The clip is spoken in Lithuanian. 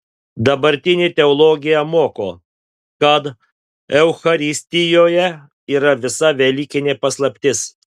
dabartinė teologija moko kad eucharistijoje yra visa velykinė paslaptis